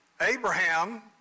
Abraham